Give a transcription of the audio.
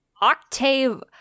Octave